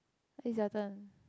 is your turn